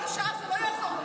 עכשיו זה לא יעזור.